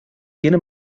tiene